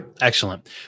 excellent